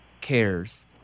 cares